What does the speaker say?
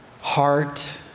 heart